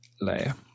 layer